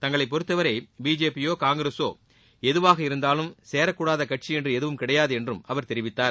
தங்களை பொறுத்தவரை பிஜேபியோ காங்கிரஸோ எதுவாக இருந்தாலும் சேரக்கூடாத கட்சி என்று கிடையாது என்றும் அவர் தெரிவித்தார்